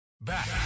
Back